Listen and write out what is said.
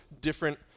different